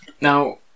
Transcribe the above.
Now